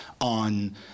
on